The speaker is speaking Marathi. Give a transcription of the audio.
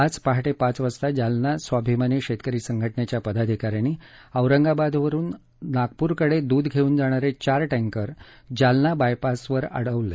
आज पहाटे पाच वाजता जालना स्वाभिमानी शेतकरी संघटनेच्या पदाधिकाऱ्यांनी औरंगाबादहून नागपूरकडे दूध घेऊन जाणारे चार टँकर जालना बायपासवर अडवले